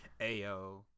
Ayo